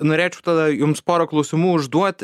norėčiau tada jums porą klausimų užduot